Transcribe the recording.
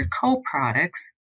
co-products